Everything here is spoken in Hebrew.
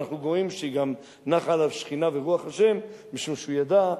ואנחנו רואים שגם נחה עליו שכינה ורוח ה' משום שהוא ידע,